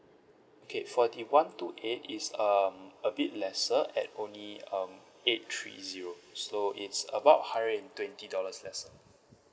K for the one two eight is um a bit lesser at only um eight three zero so it's about hundred and twenty dollars lesser